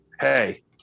Hey